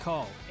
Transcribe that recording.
Call